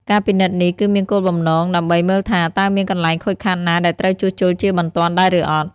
ការពិនិត្យនេះគឺមានគោលបំណងដើម្បីមើលថា តើមានកន្លែងខូចខាតណាដែលត្រូវជួសជុលជាបន្ទាន់ដែរឬអត់។